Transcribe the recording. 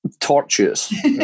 Tortuous